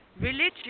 religion